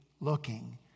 looking